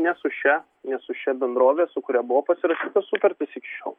ne su šia su šia bendrove su kuria buvo pasirašytos sutartys iki šiol